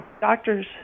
doctors